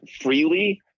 freely